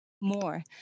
more